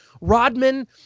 Rodman